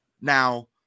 Now